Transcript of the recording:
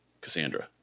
cassandra